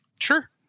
Sure